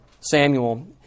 Samuel